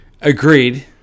Agreed